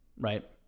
Right